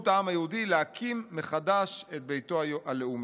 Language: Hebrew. העם היהודי להקים מחדש את ביתו הלאומי.